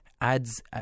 adds